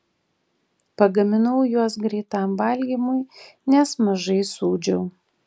pagaminau juos greitam valgymui nes mažai sūdžiau